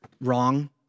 wrong